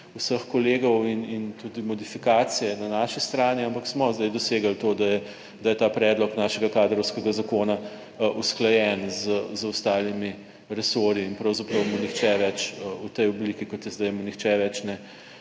vseh kolegov in tudi modifikacije na naši strani, ampak smo zdaj dosegli to, da je ta predlog našega kadrovskega zakona usklajen z ostalimi resorji in pravzaprav mu nihče več v tej obliki kot je zdaj, mu nihče več ne